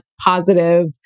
positive